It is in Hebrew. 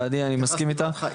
ועדי אני מסכים איתך.